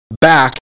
back